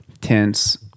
tense